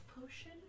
potion